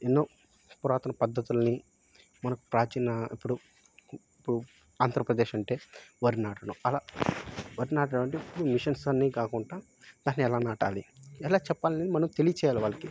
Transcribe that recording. ఎన్నో పురాతన పద్ధతులని మనకు ప్రాచీన ఇప్పుడు ఇప్పుడు ఆంధ్రప్రదేశ్ అంటే వరి నాటడం అలా వరి నాటడం అంటే ఇప్పుడు మిషన్స్ అన్నీ కాకుండా దాన్ని ఎలా నాటాలి ఎలా చెప్పాలని మనం తెలియచేయాలి వాళ్ళకి